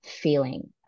feeling